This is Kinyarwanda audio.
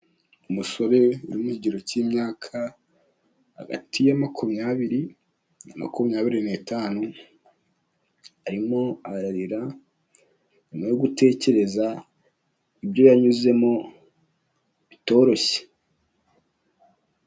Umusore uri mu kigero imyaka hagati ya makumyabiri na makumyabiri n'itanu, arimo ararira nyuma yo gutekereza ibyo yanyuzemo bitoroshye.